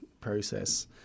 process